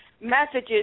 messages